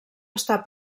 estar